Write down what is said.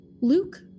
luke